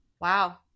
Wow